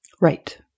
Right